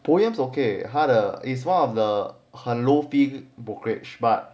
POEMS okay 他的 is one of the 很 low fee brokerage but